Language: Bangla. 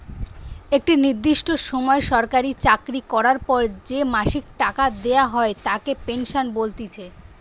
একটা নির্দিষ্ট সময় সরকারি চাকরি করার পর যে মাসিক টাকা দেওয়া হয় তাকে পেনশন বলতিছে